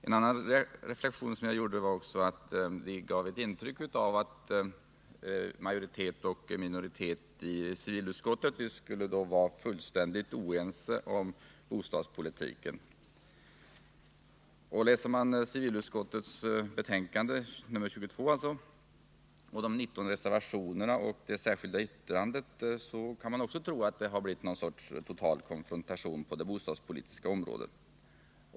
En annan reflexion som jag gjorde var att anförandena gav ett intryck av att majoritet och minoritet i civilutskottet skulle vara fullständigt oense om bostadspolitiken. Och när man läser civilutskottets betänkande 22 med dess 19 reservationer och ett särskilt yttrande kan man tro att det har blivit någon sorts total konfrontation på det bostadspolitiska området.